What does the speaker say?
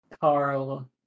Carl